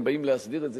אם באים להסדיר את זה,